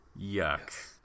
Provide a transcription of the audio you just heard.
Yuck